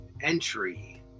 entry